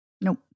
Nope